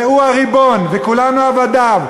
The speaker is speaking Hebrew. והוא הריבון וכולנו עבדיו.